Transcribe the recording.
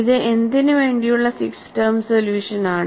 ഇത് എന്തിനുവേണ്ടിയുള്ള 6 term solution ആണ്